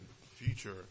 future